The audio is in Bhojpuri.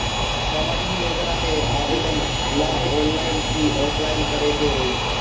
सामाजिक योजना के आवेदन ला ऑनलाइन कि ऑफलाइन करे के होई?